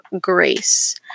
grace